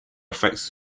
effects